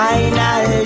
Final